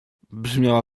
brzmiała